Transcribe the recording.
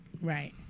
Right